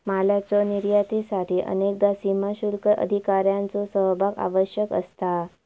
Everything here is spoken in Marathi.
मालाच्यो निर्यातीसाठी अनेकदा सीमाशुल्क अधिकाऱ्यांचो सहभाग आवश्यक असता